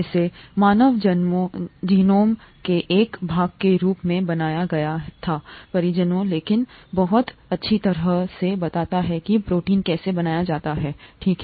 इसे मानव जीनोम के एक भाग के रूप में बनाया गया था परियोजना लेकिन यह बहुत अच्छी तरह से बताता है कि प्रोटीन कैसे बनाया जाता है ठीक है